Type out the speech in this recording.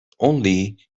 only